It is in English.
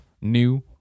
new